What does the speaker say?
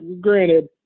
Granted